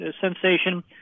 sensation